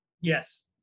Yes